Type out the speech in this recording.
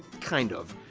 kind of.